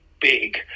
big